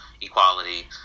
equality